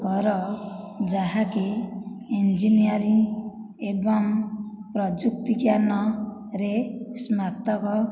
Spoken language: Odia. କର ଯାହାକି ଇଞ୍ଜିନିୟରିଂ ଏବଂ ପ୍ରଯୁକ୍ତିଜ୍ଞାନରେ ସ୍ନାତକ